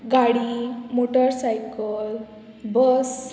गाडी मोटरसायकल बस